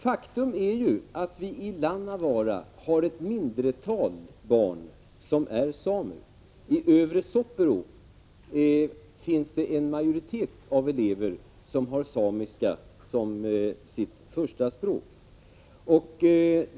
Faktum är att vi i Lannavaara har ett mindre antal barn som är samer. I Övre Soppero finns det en majoritet av elever som har samiska som sitt första språk.